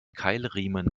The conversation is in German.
keilriemen